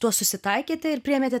tuo susitaikėte ir priėmėte